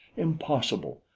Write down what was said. impossible!